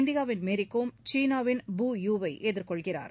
இந்தியாவின் மேரிகோம் சீனாவின் பூ யூ வை எதிர்கொள்கிறார்